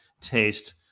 taste